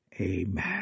Amen